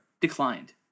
declined